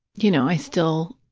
you know, i still,